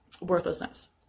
worthlessness